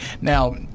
now